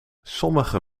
sommige